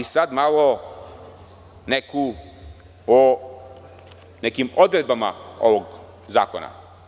Sada malo neku o nekim odredbama ovog zakona.